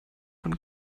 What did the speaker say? von